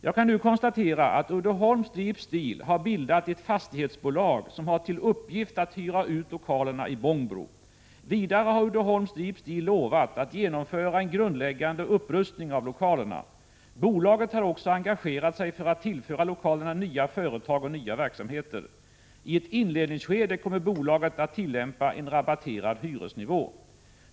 Jag kan nu konstatera att Uddeholm Strip Steel har bildat ett fastighetsbolag som har till uppgift att hyra ut lokalerna i Bångbro. Vidare har Uddeholm Strip Steel lovat att genomföra en grundläggande upprustning av lokalerna. Bolaget har också engagerat sig för att tillföra lokaler för nya företag och nya verksamheter. I ett inledningsskede kommer bolaget att tillämpa en rabatterad hyresnivå.